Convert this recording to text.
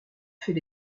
fait